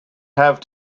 have